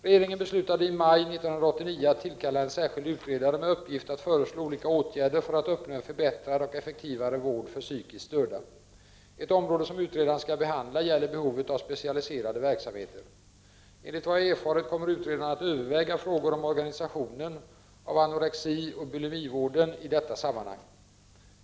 Regeringen beslutade i maj 1989 att tillkalla en särskild utredare med uppgift att föreslå olika åtgärder för att uppnå en förbättrad och effektivare vård för psykiskt störda. Ett område som utredaren skall behandla gäller behovet av specialiserade verksamheter. Enligt vad jag erfarit kommer utredaren att överväga frågor om organisationen av anorexioch bulimivården i detta sammanhang.